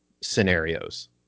scenarios